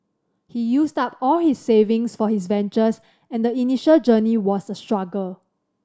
he used up all his savings for his ventures and the initial journey was a struggle